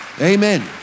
Amen